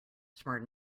smart